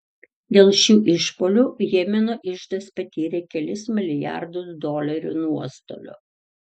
dėl šių išpuolių jemeno iždas patyrė kelis milijardus dolerių nuostolių